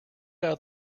out